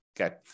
Okay